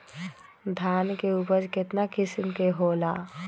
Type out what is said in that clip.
धान के उपज केतना किस्म के होला?